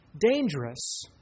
dangerous